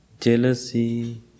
jealousy